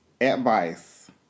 advice